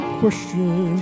question